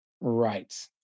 Right